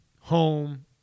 home